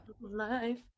life